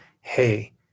hey